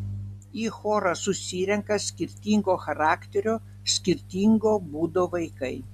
į chorą susirenka skirtingo charakterio skirtingo būdo vaikai